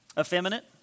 Effeminate